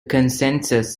consensus